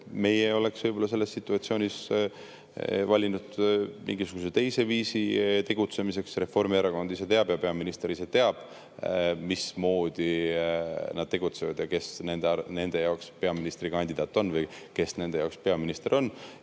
Meie oleksime selles situatsioonis võib-olla valinud mingisuguse teise viisi tegutsemiseks. Reformierakond ise teab ja peaminister ise teab, mismoodi nad tegutsevad ja kes nende peaministrikandidaat või kes nende peaminister on.